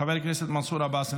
חבר הכנסת מנסור עבאס,